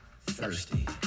thirsty